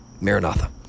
Maranatha